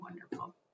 wonderful